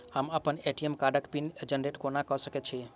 हम अप्पन ए.टी.एम कार्डक पिन जेनरेट कोना कऽ सकैत छी?